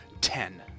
ten